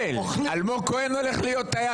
אלמוג כהן הולך להיות טייס?